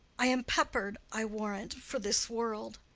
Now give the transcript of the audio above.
i am peppered, i warrant, for this world.